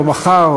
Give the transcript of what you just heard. או מחר,